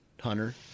hunter